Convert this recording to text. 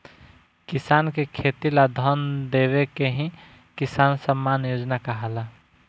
किसान के खेती ला धन देवे के ही किसान सम्मान योजना कहाला